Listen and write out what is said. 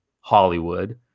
Hollywood